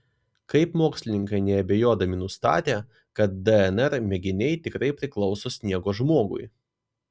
kaip mokslininkai neabejodami nustatė kad dnr mėginiai tikrai priklauso sniego žmogui